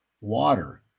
water